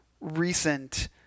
recent